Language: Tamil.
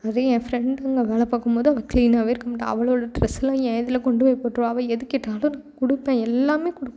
அதே என் ஃப்ரெண்டுங்க வேலை பார்க்கும் போது அவள் கிளீனாகவே இருக்க மாட்டாள் அவளோட ட்ரெஸ்லாம் என் இதில் கொண்டு வந்து போட்டுருவா அவள் எது கேட்டாலும் நான் கொடுப்பேன் எல்லாம் கொடுப்பேன்